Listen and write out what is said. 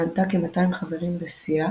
שמנתה כ-200 חברים בשיאה